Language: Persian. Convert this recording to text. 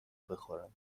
بخورم